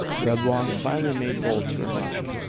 reblong finally made bold to remark.